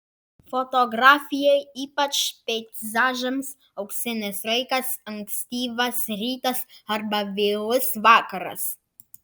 fotografijai ypač peizažams auksinis laikas ankstyvas rytas arba vėlus vakaras